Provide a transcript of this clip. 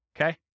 okay